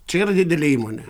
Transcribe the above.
čia yra didelė įmonė